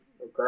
Okay